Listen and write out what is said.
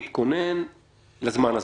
ונכון להתכונן לזמן הזה.